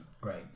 great